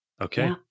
Okay